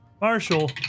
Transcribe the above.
Marshall